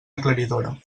aclaridora